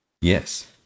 Yes